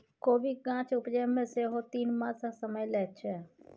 कोबीक गाछ उपजै मे सेहो तीन मासक समय लैत छै